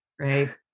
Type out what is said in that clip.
right